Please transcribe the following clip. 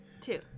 Two